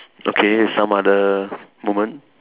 okay some other moment